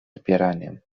zbieraniem